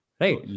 right